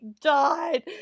died